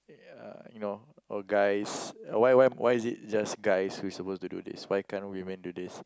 uh you know oh guys why why why is it just guys who's supposed to do this why can't women do this